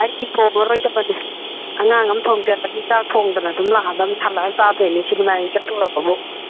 ꯑꯩꯗꯤ ꯊꯣꯡꯉꯔꯣꯏꯗꯕꯅꯦ ꯑꯉꯥꯡ ꯑꯃ ꯊꯣꯡꯖꯔꯅꯤ ꯆꯥꯛ ꯊꯣꯡꯗꯅ ꯑꯗꯨꯝ ꯂꯥꯛꯑꯗꯃꯤ ꯍꯜꯂꯛꯑ ꯆꯥꯗꯣꯏꯅꯤ ꯁꯤꯅꯤꯃꯥ ꯌꯦꯡ ꯆꯠꯇꯣꯔꯕꯕꯨ